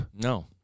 no